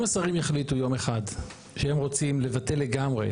אם השרים יחליטו יום אחד שהם רוצים לבטל לגמרי